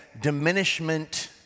diminishment